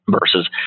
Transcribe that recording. versus